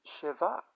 Shiva